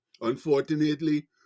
Unfortunately